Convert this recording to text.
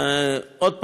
עוד פעם,